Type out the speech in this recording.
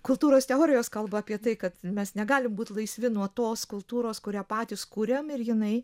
kultūros teorijos kalba apie tai kad mes negalim būt laisvi nuo tos kultūros kurią patys kuriam ir jinai